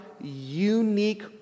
unique